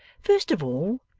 first of all,